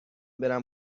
برم